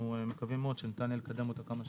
מקווים שאפשר יהיה לקדמם כמה שאפשר.